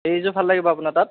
এইযোৰ ভাল লাগিব আপোনাৰ তাত